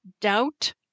doubt